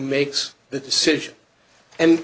makes that decision and